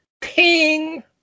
Ping